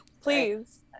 please